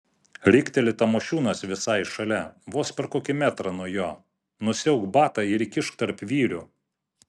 rikteli tamošiūnas visai šalia vos per kokį metrą nuo jo nusiauk batą ir įkišk tarp vyrių